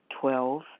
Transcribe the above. Twelve